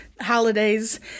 holidays